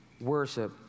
worship